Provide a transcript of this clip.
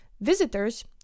Visitors